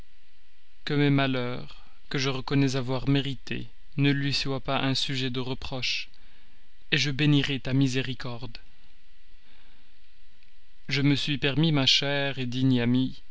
que mes malheurs que je reconnais avoir mérités ne lui soient pas un sujet de reproche je bénirai ta miséricorde je me suis permis ma chère digne